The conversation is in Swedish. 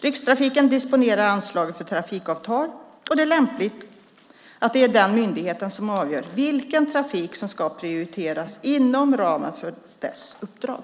Rikstrafiken disponerar anslaget för Trafikavtal och det är lämpligt att det är den myndigheten som avgör vilken trafik som ska prioriteras inom ramen för dess uppdrag.